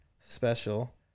Special